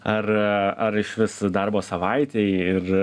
ar ar išvis darbo savaite ir